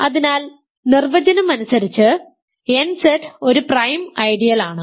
അതിനാൽ നിർവചനം അനുസരിച്ച് nZ ഒരു പ്രൈം ഐഡിയൽ ആണ്